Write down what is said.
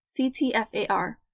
CTFAR